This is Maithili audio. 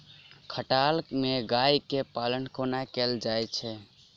खटाल मे गाय केँ पालन कोना कैल जाय छै?